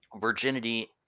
virginity